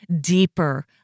deeper